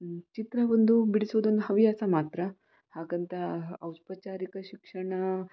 ಚಿತ್ರ ಒಂದು ಬಿಡಿಸೋದೊಂದು ಹವ್ಯಾಸ ಮಾತ್ರ ಹಾಗಂತ ಔಪಚಾರಿಕ ಶಿಕ್ಷಣ